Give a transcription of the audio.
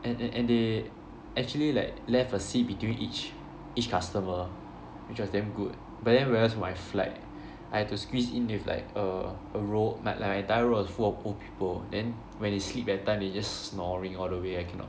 and and and they actually like left a seat between each each customer which was damn good but then whereas my flight I had to squeeze in with like err a row like like an entire row full of old people then when they sleep that time they just snoring all the way I cannot